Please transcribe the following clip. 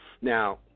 Now